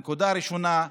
הנקודה הראשונה,